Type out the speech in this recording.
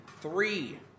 three